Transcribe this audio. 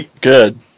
good